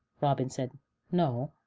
robin said no,